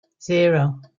zero